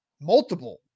multiple